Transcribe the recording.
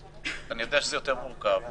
אני יודע שזה יותר מורכב,